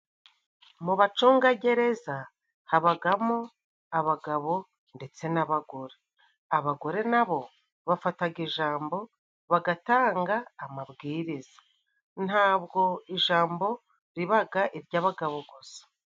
Mu abacungagereza habagamo abagabo ndetse n'abagore, abagore nabo bafataga ijambo bagatanga amabwiriza. Ntabwo ijambo ribaga iry'abagabo gusa.